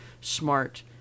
smart